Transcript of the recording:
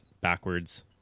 backwards